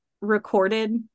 recorded